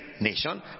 nation